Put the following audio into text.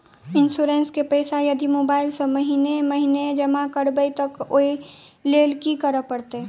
Insurance केँ पैसा यदि मोबाइल सँ महीने महीने जमा करबैई तऽ ओई लैल की करऽ परतै?